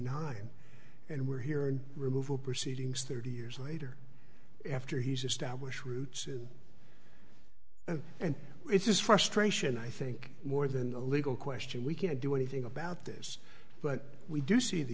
nine and we're here in removal proceedings thirty years later after he's established routes and and it is frustration i think more than a legal question we can't do anything about this but we do see the